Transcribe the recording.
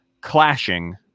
clashing